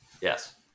Yes